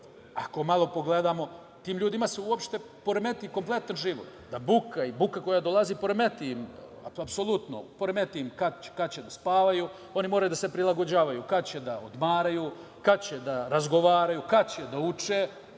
ako malo pogledamo, tim ljudima se uopšte poremeti kompletan život. Buka koja dolazi poremeti i kada će da spavaju, moraju da se prilagođavaju kada će da odmaraju, kada će da razgovaraju, kada će da uče.